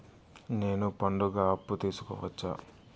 నేను పండుగ అప్పు తీసుకోవచ్చా?